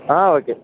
okay